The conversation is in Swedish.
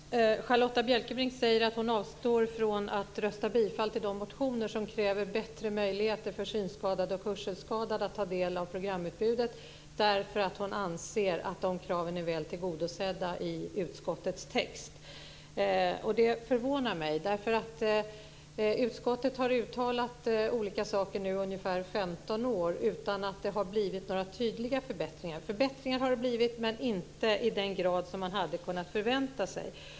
Herr talman! Charlotta Bjälkebring säger att hon avstår från att rösta bifall till de motioner som kräver bättre möjligheter för synskadade och hörselskadade att ta del av programutbudet, därför att hon anser att kraven är väl tillgodosedda i utskottets text. Det förvånar mig. Utskottet har nu uttalat olika saker i ungefär 15 år utan att det har blivit några tydliga förbättringar. Förbättringar har det blivit, men inte i den grad som man hade kunnat förvänta sig.